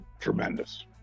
tremendous